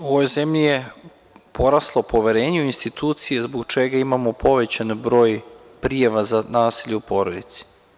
U ovoj zemlji je poraslo poverenje u institucije, zbog čega imamo povećan broj prijava za nasilje u porodici.